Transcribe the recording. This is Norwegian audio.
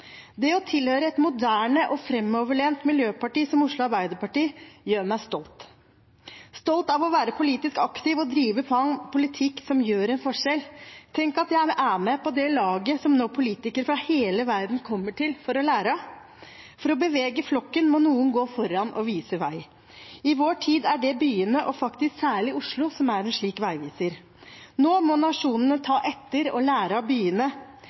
Det å tilhøre et moderne og framoverlent miljøparti som Oslo Arbeiderparti gjør meg stolt – stolt av å være politisk aktiv og drive fram politikk som gjør en forskjell. Tenk at jeg er med på det laget som politikere fra hele verden nå kommer til for å lære av. For å bevege flokken må noen gå foran og vise vei. I vår tid er det byene og faktisk særlig Oslo som er en slik veiviser. Nå må nasjonene ta etter og lære av byene.